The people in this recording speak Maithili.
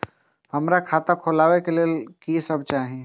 हमरा खाता खोलावे के लेल की सब चाही?